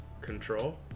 Control